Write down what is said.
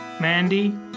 Mandy